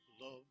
Love